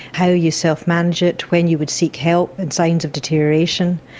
how you self-manage it, when you would seek help, and signs of deterioration.